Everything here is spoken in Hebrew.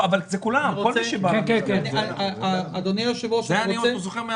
לא אבל זה כולם --- זה אני זוכר עוד